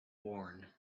worn